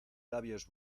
labios